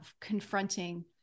confronting